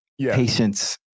patience